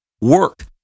work